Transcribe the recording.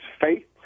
faith